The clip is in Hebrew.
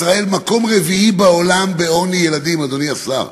ישראל מקום רביעי בעולם בעוני ילדים, אדוני השר,